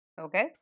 Okay